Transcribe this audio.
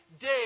day